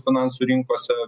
finansų rinkose